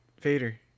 Vader